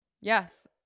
Yes